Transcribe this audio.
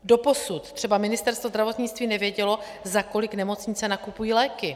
Doposud třeba Ministerstvo zdravotnictví nevědělo, za kolik nemocnice nakupují léky.